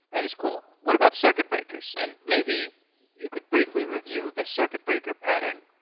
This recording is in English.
and it is cool. what about circuit breakers? and maybe you could briefly review the circuit breaker pattern.